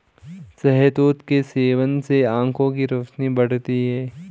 शहतूत के सेवन से आंखों की रोशनी बढ़ती है